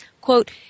quote